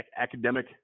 academic